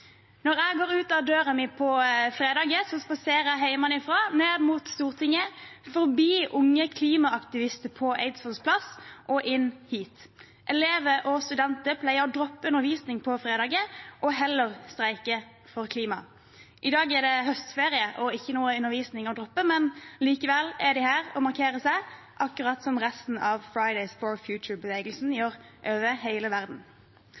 Når jeg går ut av døren min på fredager, spaserer jeg hjemmefra, ned mot Stortinget, forbi unge klimaaktivister på Eidsvolls plass og inn hit. Elever og studenter pleier å droppe undervisningen på fredager og heller streike for klimaet. I dag er det høstferie og ikke noen undervisning å droppe, men likevel er de her og markerer seg – akkurat som resten av Fridays For Future-bevegelsen gjør over hele verden.